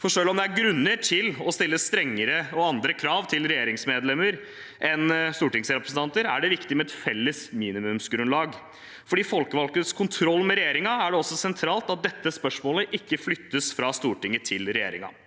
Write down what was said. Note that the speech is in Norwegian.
for selv om det er grunner til å stille strengere og andre krav til regjeringsmedlemmer enn til stortingsrepresentanter, er det viktig med et felles minimumsgrunnlag. For de folkevalgtes kontroll med regjeringen er det også sentralt at dette spørsmålet ikke flyttes fra Stortinget til regjeringen.